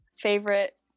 Favorite